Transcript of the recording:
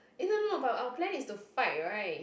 eh no no no but our plan is to fight [right]